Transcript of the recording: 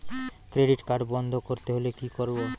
Credit card বন্ধ করতে হলে কি করব?